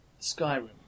Skyrim